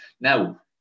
Now